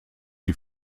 die